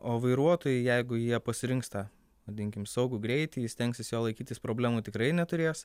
o vairuotojai jeigu jie pasirinks tą vadinkim saugų greitį stengsis jo laikytis problemų tikrai neturės